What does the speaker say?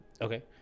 Okay